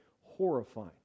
horrifying